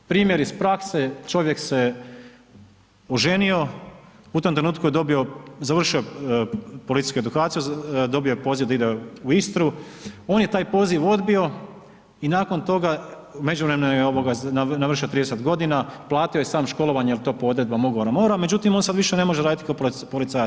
Primjer iz prakse, čovjek se oženio, u tom trenutku je dobio, završio policijsku edukaciju, dobio je poziv da ide u Istru, on je taj poziv odbio i nakon toga u međuvremenu je navršio 30 godina, platio je sam školovanje jer to po odredbama ... morao, međutim on sad više ne može raditi kao policajac.